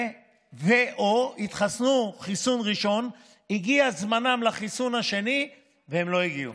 או התחסנו בחיסון ראשון והגיע זמנם לחיסון השני ולא הגיעו.